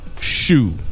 shoe